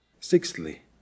Sixthly